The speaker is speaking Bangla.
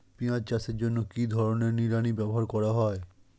পিঁয়াজ চাষের জন্য কি ধরনের নিড়ানি ব্যবহার করা হয়?